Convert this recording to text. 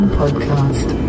podcast